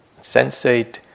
sensate